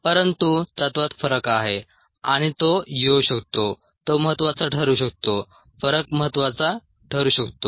परंतु तत्त्वात फरक आहे आणि तो येऊ शकतो तो महत्त्वाचा ठरू शकतो फरक महत्त्वाचा ठरू शकतो